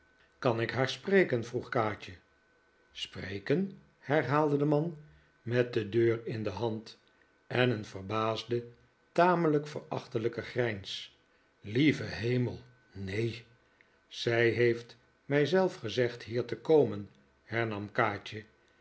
kan ik haar spreken vroeg kaatje spreken herhaalde de man met de deur in de hand en een verbaasde tamelijk verachtelijke grijns lieve hemel neen zij heeft mij zelf gezegd hier te komen hernam kaatje